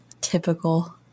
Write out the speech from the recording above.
Typical